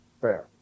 fair